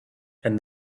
and